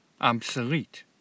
obsolete